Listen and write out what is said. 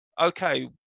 okay